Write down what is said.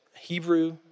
Hebrew